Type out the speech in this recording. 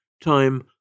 Time